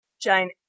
Jane